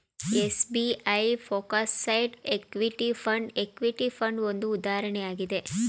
SBI focused equity fund, equity fund ಒಂದು ಉದಾಹರಣೆ ಆಗಿದೆ